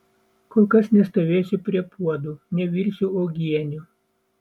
kol kas nestovėsiu prie puodų nevirsiu uogienių